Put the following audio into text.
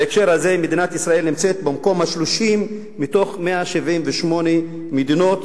בהקשר הזה מדינת ישראל נמצאת במקום ה-30 מתוך 178 מדינות